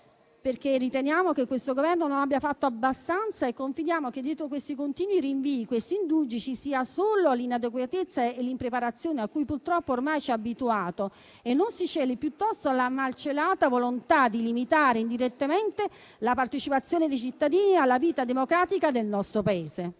perché riteniamo che questo Governo non abbia fatto abbastanza e confidiamo che dietro questi continui rinvii e questi indugi ci siano solo l'inadeguatezza e l'impreparazione a cui purtroppo ormai ci ha abituato e non si celi piuttosto la malcelata volontà di limitare indirettamente la partecipazione dei cittadini alla vita democratica del nostro Paese.